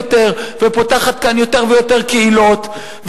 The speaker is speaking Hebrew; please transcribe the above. ופותחת כאן יותר ויותר קהילות,